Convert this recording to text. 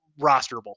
rosterable